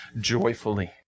joyfully